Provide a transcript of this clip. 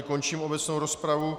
Končím obecnou rozpravu.